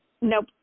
Nope